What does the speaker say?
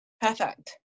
Perfect